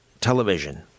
television